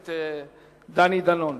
הכנסת דני דנון,